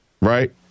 Right